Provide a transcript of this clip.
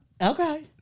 Okay